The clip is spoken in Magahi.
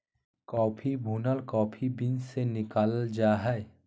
कॉफ़ी भुनल कॉफ़ी बीन्स से निकालल जा हइ